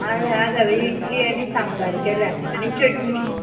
आज आज हांवें इडली आनी सांबार केला आनी चटणी